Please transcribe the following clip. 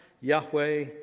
Yahweh